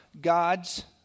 God's